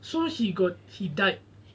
so he got he died